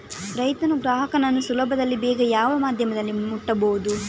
ರೈತನು ಗ್ರಾಹಕನನ್ನು ಸುಲಭದಲ್ಲಿ ಬೇಗ ಯಾವ ಮಾಧ್ಯಮದಲ್ಲಿ ಮುಟ್ಟಬಹುದು?